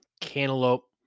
cantaloupe